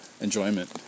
enjoyment